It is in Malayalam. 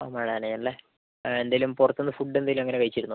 ആ മഴ നനഞ്ഞു അല്ലേ എന്തെങ്കിലും പുറത്തുനിന്ന് ഫുഡ് എന്തെങ്കിലും അങ്ങനെ കഴിച്ചിരുന്നോ